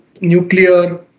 nuclear